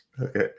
Okay